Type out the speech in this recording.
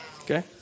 Okay